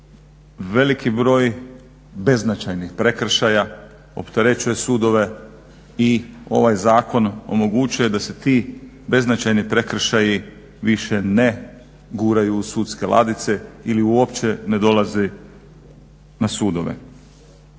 veliki broj beznačajnih prekršaja, opterećuje sudove i ovaj zakon omogućuje da se ti beznačajni prekršaji više ne guraju u sudske ladice ili uopće ne dolaze na sudove.